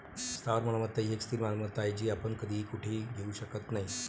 स्थावर मालमत्ता ही एक स्थिर मालमत्ता आहे, जी आपण कधीही कुठेही घेऊ शकत नाही